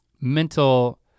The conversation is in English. mental